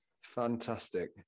fantastic